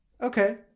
Okay